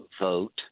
vote